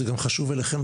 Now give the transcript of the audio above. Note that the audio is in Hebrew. זה חשוב גם לכם,